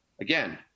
Again